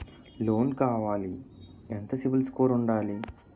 Loan కావాలి ఎంత CIBIL score ఉండాలి?